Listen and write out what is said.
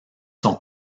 sont